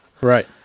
right